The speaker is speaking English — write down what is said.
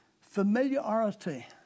Familiarity